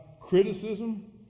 criticism